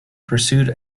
pursued